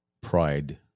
pride